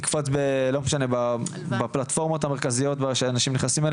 יקפוץ בפלטפורמות המרכזיות שאנשים נכנסים,